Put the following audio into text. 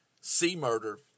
C-Murder